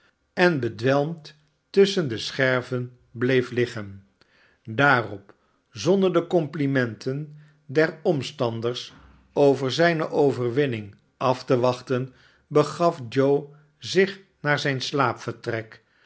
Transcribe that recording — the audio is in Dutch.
en bedwelmd tusschen de scherven bleef liggen daarop zonder de complimenten der omstanders over zijne overwinning af te wachten begaf joe zich naar zijn